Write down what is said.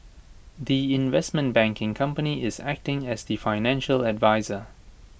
the investment banking company is acting as the financial adviser